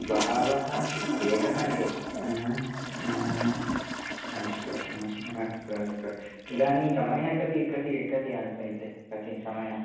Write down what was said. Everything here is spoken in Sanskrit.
बहवः वेगः एव अस्तु अस्तु अस्तु इदानीं समयः कति कति कति आसीत् कति समयः